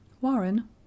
Warren